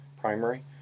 primary